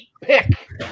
pick